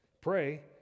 Pray